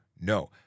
No